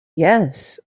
yes